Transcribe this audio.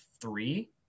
three